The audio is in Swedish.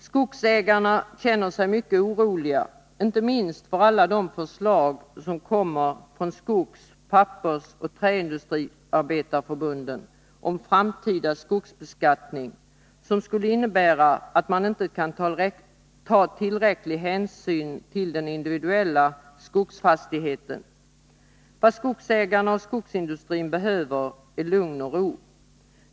Skogsägarna känner sig mycket oroliga, inte minst med anledning av alla de förslag som kommer från Skogs-, Pappersoch Träindustriarbetareförbunden om framtida skogsbeskattning, som skulle innebära att man inte kan ta tillräcklig hänsyn till den individuella skogsfastigheten. Vad skogsägarna och skogsindustrin behöver är lugn och ro.